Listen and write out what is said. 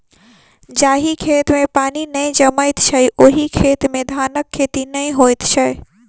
जाहि खेत मे पानि नै जमैत छै, ओहि खेत मे धानक खेती नै होइत छै